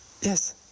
Yes